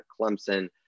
Clemson